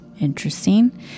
Interesting